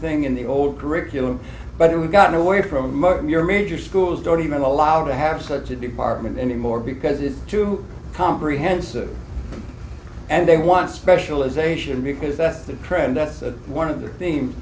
thing in the old curriculum but we've gotten away from your major schools don't even allow to have such a department anymore because it's too comprehensive and they want specialisation because that's the trend that's one of the themes